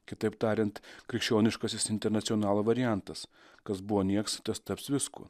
kitaip tariant krikščioniškasis internacionalo variantas kas buvo nieks tas taps viskuo